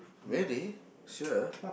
really sure